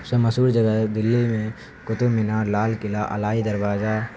سب سے مشہور جگہ ہے دلی میں قطب مینار لال قلعہ علائی دروازہ